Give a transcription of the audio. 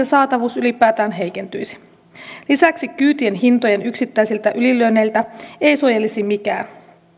saatavuus ylipäätään heikentyisi lisäksi kyytien hintojen yksittäisiltä ylilyönneiltä ei suojelisi mikään